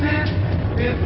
this is